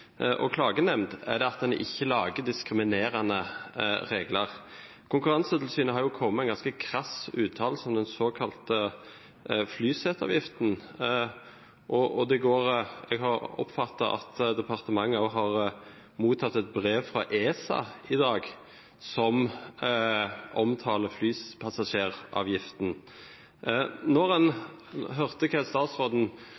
og klagenemnd er det at en ikke lager diskriminerende regler. Konkurransetilsynet har kommet med en ganske krass uttalelse om den såkalte flyseteavgiften, og jeg har oppfattet at departementet også har mottatt et brev fra ESA i dag som omtaler flypassasjeravgiften. Når